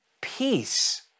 peace